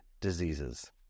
diseases